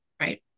right